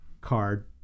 card